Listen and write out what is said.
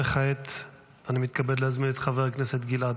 וכעת אני מתכבד להזמין את חבר הכנסת גלעד